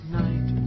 night